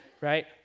Right